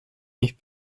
nicht